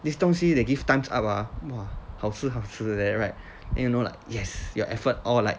this 东西 they give thumbs up ah !wah! 好吃好吃 like that right and you know right yes your effort all like